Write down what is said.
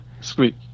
Sweet